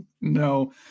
no